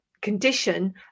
condition